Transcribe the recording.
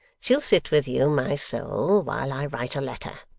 she'll sit with you, my soul, while i write a letter